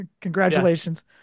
Congratulations